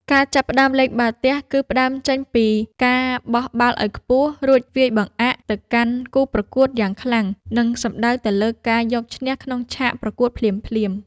ការចាប់ផ្ដើមលេងបាល់ទះគឺផ្ដើមចេញពីការបោះបាល់ឱ្យខ្ពស់រួចវាយបង្អាកទៅកាន់គូប្រកួតយ៉ាងខ្លាំង និង សំដៅទៅលើការយកឈ្នះក្នុងឆាកប្រកួតភ្លាមៗ។